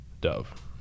dove